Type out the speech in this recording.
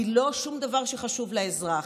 היא לא שום דבר שחשוב לאזרח.